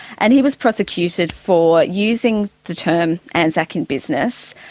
and he was prosecuted for using the term anzac in business.